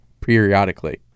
periodically